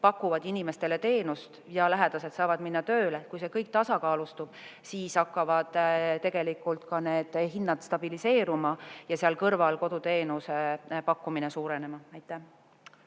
hakkavad inimestele teenust pakkuma ja lähedased saavad tööle minna –, kui see kõik tasakaalustub, siis hakkavad tegelikult ka hinnad stabiliseeruma ja selle kõrval koduteenuse pakkumine suurenema. Vadim